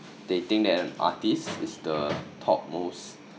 they think that an artist is the top most